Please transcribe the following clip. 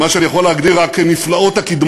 למה שאני יכול להגדיר רק כנפלאות הקדמה,